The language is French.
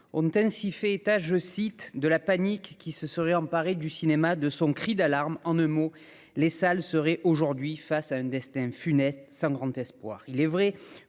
ont ainsi fait état, je cite, de la panique qui se serait emparés du cinéma de son cri d'alarme, en un mot, les salles seraient aujourd'hui face à un destin funeste, sans grand espoir, il est vrai,